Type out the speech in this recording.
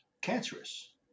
Cancerous